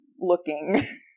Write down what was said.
looking